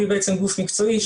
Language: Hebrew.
היא גוף מקצועי,